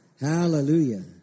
Hallelujah